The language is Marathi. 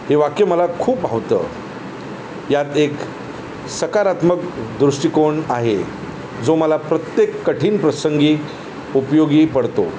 हे वाक्य मला खूप भावतं यात एक सकारात्मक दृष्टिकोन आहे जो मला प्रत्येक कठीण प्रसंगी उपयोगी पडतो